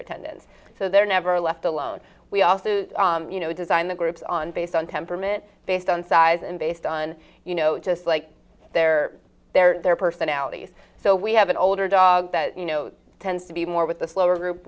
attendants so they're never left alone we also you know we design the groups on based on temperament based on size and based on you know just like their their their personalities so we have an older dog that you know tends to be more with the slower group